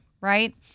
right